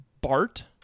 Bart